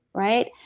right?